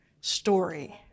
story